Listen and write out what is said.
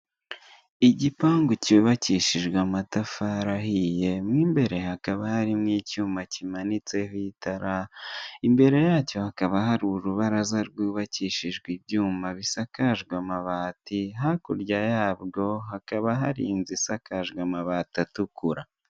Igipangu cyubakishijwe amatafari ahiye, mo imbere hakaba hari mo icyuma kimanitse ho itara, imbere yacyo hakaba hari urubaraza rwubakishijwe ibyuma bisakajwe amabati, hakurya yarwo hakaba hari inzu isakaje amabati atukura.